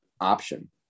option